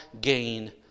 gain